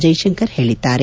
ಜೈಶಂಕರ್ ಹೇಳಿದ್ದಾರೆ